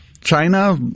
China